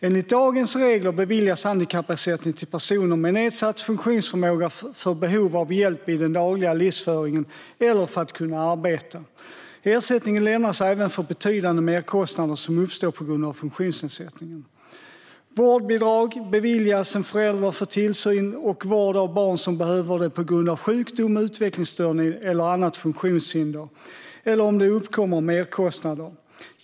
Enligt dagens regler beviljas handikappersättning till personer med nedsatt funktionsförmåga för behov av hjälp i den dagliga livsföringen eller för att kunna arbeta. Ersättning lämnas även för betydande merkostnader som uppstår på grund av funktionsnedsättningen. Vårdbidrag beviljas en förälder för tillsyn och vård av barn som behöver det på grund av sjukdom, utvecklingsstörning eller annat funktionshinder eller om det uppkommer merkostnader.